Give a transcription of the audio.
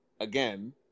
again